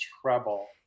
treble